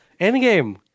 Endgame